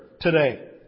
today